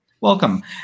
Welcome